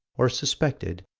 or suspected,